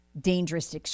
...dangerous